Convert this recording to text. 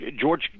George